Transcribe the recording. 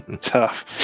tough